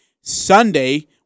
Sunday